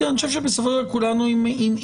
אני חושב שכולנו בסופו של דבר עם תמונה,